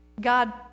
god